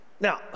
Now